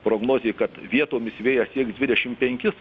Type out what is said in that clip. prognozė kad vietomis vėjas sieks dvidešim penkis